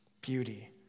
beauty